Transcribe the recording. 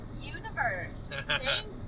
universe